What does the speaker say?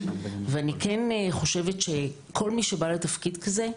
אבל אני כן חושבת שכל מי שבא לתפקיד כזה,